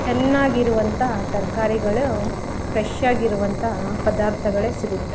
ಚೆನ್ನಾಗಿರುವಂಥ ತರಕಾರಿಗಳು ಫ್ರೆಷ್ ಆಗಿರುವಂಥ ಪದಾರ್ಥಗಳೇ ಸಿಗುತ್ತೆ